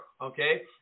okay